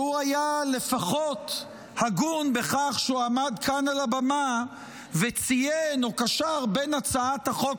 והוא היה לפחות הגון בכך שהוא עמד כאן על הבמה וציין או קשר בין הצעת החוק